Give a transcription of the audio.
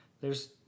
theres